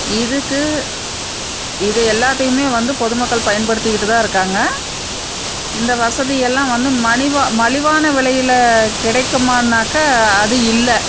இதுக்கு இது எல்லாத்தையுமே வந்து பொதுமக்கள் பயன்படுத்திக்கிட்டு தான் இருக்காங்க இந்த வசதி எல்லாம் வந்து மனிவா மலிவான விலையில் கிடைக்குமான்னாக்கா அது இல்லை